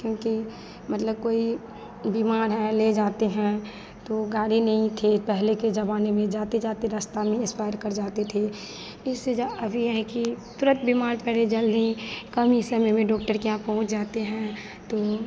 क्योंकि मतलब कोई बीमार है ले जाते हैं तो गाड़ी नहीं थी पहले के ज़माने में जाते जाते रस्ते में एस्पायर कर जाते थे इस जा अभी यह है कि तुरन्त बीमार पड़े जल्दी ही कम ही समय में डॉक्टर के यहाँ पहुँच जाते हैं तो